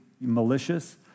malicious